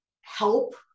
help